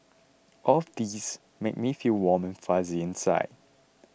all of these make me feel warm and fuzzy inside